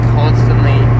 constantly